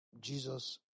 Jesus